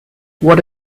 what